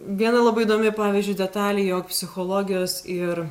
viena labai įdomi pavyzdžiui detalė jog psichologijos ir